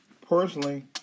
Personally